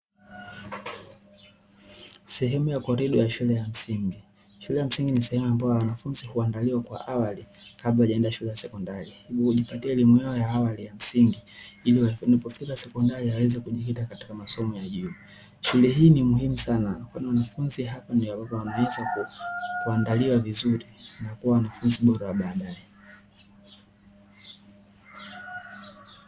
Sehemu ya korido ya shule ya msingi, shule ya msingi ni sehemu ambayo wanafunzi huandaliwa kwa awali kabla hawajaenda shule ya sekondari, hivyo hujipatia elimu yao ya awali ya msingi ili wanapofika sekondari waweze kujikita katika masomo ya juu, shule hii ni muhimu sana kwani wanafunzi hapa ndipo wanaweza kuandaliwa vizuri na kuwa wanafunzi bora wa baadae.